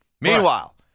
Meanwhile